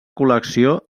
col·lecció